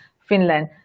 Finland